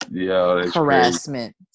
Harassment